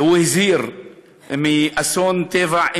והזהיר מאסון טבע,